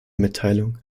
mitteilung